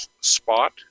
spot